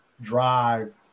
drive